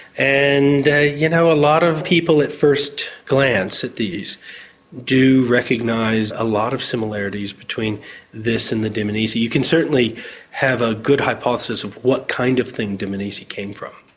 and, you know, a lot of people at first glance at these do recognise a lot of similarities between this and the dmanisi. you can certainly have a good hypothesis of what kind of thing dmanisi came from.